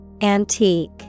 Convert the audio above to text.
Antique